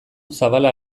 zabala